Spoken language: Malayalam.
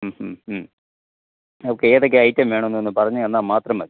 മ് മ് മ് ഓക്കെ ഏതൊക്കെ ഐറ്റം വേണമെന്നൊന്ന് പറഞ്ഞുതന്നാല് മാത്രം മതി